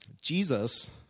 Jesus